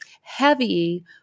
heavy